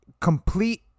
complete